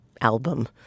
album